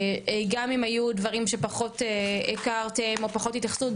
גם אם היו דברים שפחות הכרתם או פחות התייחסו,